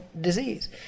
disease